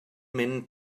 mynd